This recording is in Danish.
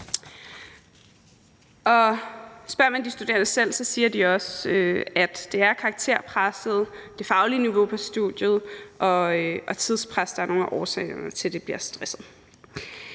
Spørger man de studerende selv, siger de også, at det er karakterpresset, det faglige niveau på studiet og tidspres, der er nogle af årsagerne til, at de bliver stressede.